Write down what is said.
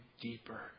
deeper